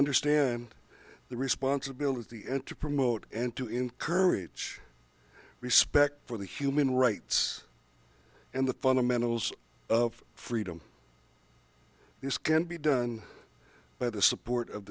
understand the responsibility and to promote and to encourage respect for the human rights and the fundamentals of freedom this can be done by the support of